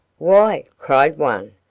why, cried one,